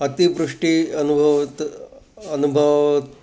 अतिवृष्टि अनुभवति अनुभवति